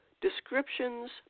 descriptions